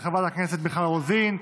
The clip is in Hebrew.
של חברת הכנסת מיכל רוזין.